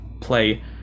play